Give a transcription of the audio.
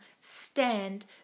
stand